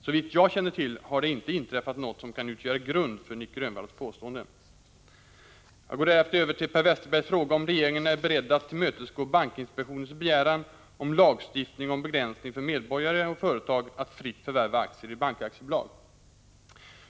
Såvitt jag känner till har det inte inträffat något som kan utgöra grund för Nic Grönvalls påståenden. Jag går därefter över till Per Westerbergs fråga om regeringen är beredd att tillmötesgå bankinspektionens begäran om lagstiftning om begränsning för medborgare och företag att fritt förvärva aktier i bankaktiebolag.